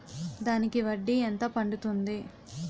దానికి వడ్డీ ఎంత పడుతుంది?